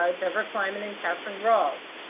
um devra kleiman and kathy ralls.